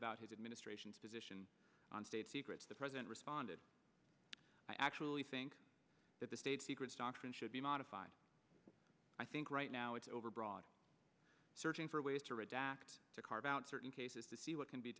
about his administration's position on state secrets the president responded i actually think that the state secrets doctrine should be modified i think right now it's overbroad searching for ways to redact to carve out certain cases to see what can be